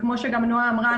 כמו שנועה אמרה,